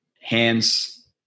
Hands